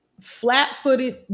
flat-footed